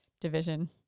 division